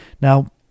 Now